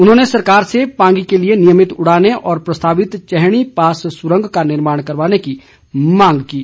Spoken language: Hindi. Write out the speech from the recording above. उन्होंने सरकार से पांगी के लिए नियमित उड़ाने और प्रस्तावित चैहणी पास सुरंग का निर्माण करवाने की मांग की है